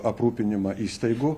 aprūpinimą įstaigų